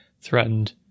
threatened